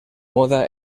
moda